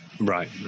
Right